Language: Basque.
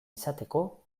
izateko